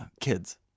kids